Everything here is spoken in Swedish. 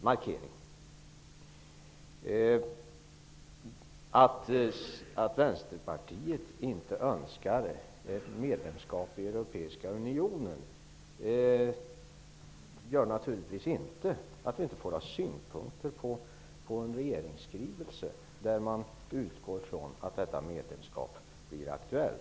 Att Vänsterpartiet inte önskar ett medlemskap i den europeiska unionen innebär naturligtvis inte att vi inte får ha synpunkter på en regeringsskrivelse, där man utgår från att detta medlemskap blir aktuellt.